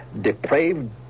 depraved